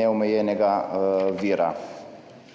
neomejenega vira.